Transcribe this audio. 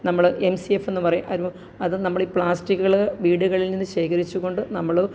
നമ്മൾ M C F എന്ന് പറയും അത് അതും നമ്മൾ പ്ലാസ്റ്റിക്കുകൾ വീടുകളില് നിന്ന് ശേഖരിച്ചുകൊണ്ട് നമ്മൾ